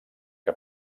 que